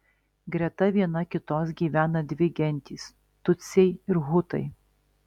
greta viena kitos gyvena dvi gentys tutsiai ir hutai